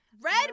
Red